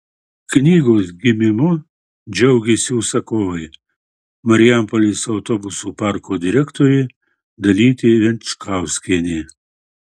knygos gimimu džiaugėsi užsakovai marijampolės autobusų parko direktorė dalytė venčkauskienė